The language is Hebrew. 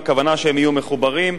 הכוונה שהם יהיו מחוברים,